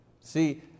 See